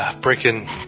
breaking